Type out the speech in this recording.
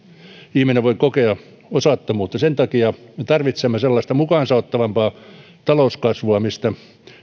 ihminen voi kokea osattomuutta sen takia me tarvitsemme sellaista mukaansa ottavampaa talouskasvua mistä